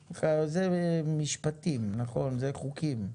נכון, זה משפטים וחוקים נכון?